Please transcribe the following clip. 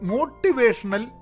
Motivational